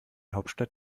hauptstadt